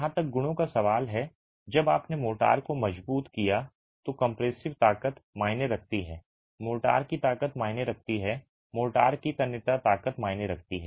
जहां तक गुणों का सवाल है जब आपने मोर्टार को मजबूत किया है तो कंप्रेसिव ताकत मायने रखती है मोर्टार की ताकत मायने रखती है मोर्टार की तन्यता ताकत मायने रखती है